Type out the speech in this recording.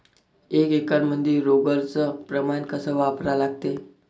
एक एकरमंदी रोगर च प्रमान कस वापरा लागते?